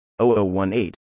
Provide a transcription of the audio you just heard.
0018